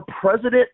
president